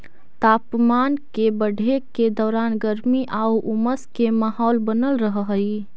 तापमान के बढ़े के दौरान गर्मी आउ उमस के माहौल बनल रहऽ हइ